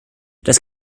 das